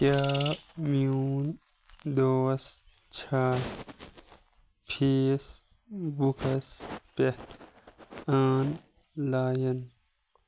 کیٛاہ میون دوس چھا فیس بُکَس پٮ۪ٹھ آن لایَن